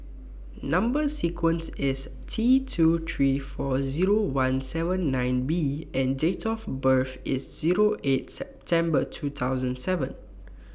Number sequence IS T two three four Zero one seven nine B and Date of birth IS Zero eight September two thousand seven